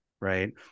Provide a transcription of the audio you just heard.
right